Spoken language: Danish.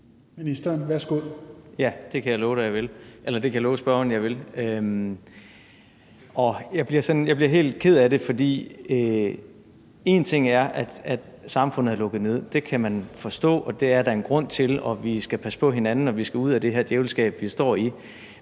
Ministeren, værsgo. Kl. 17:27 Erhvervsministeren (Simon Kollerup): Ja, det kan jeg love spørgeren jeg vil. Jeg bliver helt ked af det, for en ting er, at samfundet er lukket ned – det kan man forstå; det er der en grund til, for vi skal passe på hinanden, og vi skal ud af det her djævelskab, vi står i